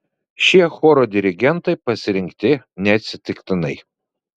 šie choro dirigentai pasirinkti neatsitiktinai